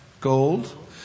gold